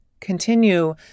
Continue